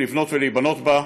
לבנות ולהיבנות בה,